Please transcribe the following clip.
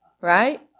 Right